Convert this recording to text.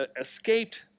escaped